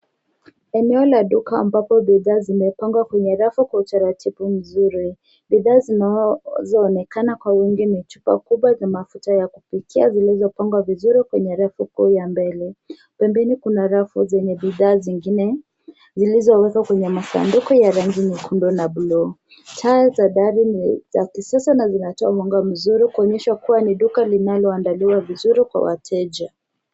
Eneo la duka ambapo bidhaa zimepangwa kwenye rafu kwa utaratibu mzuri. Bidhaa zinazoonekana kwa wingi ni chupa kubwa za mafuta ya kupikia zilizopangwa vizuri kwenye rafu kuu ya mbele. Pembeni kuna rafu zenye bidhaa zingine zilizowekwa kwenye masanduku ya rangi nyekundu na blue .Taa za dari ni za kisasa na zinatoa mwanga mzuri kuonyesha kuwa ni duka linaloandaliwa vizuri kwa wateja.